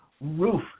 roof